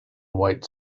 white